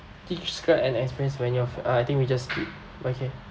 describe an experience when you've uh I think we just skip okay